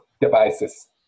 devices